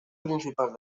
principal